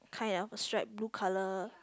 kind of stripe blue colour